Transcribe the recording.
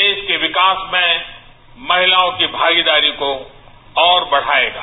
देश के विकास में महिलांयो की भागिदारी को और बढायेंगा